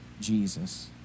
Jesus